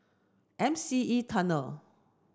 M C E Tunnel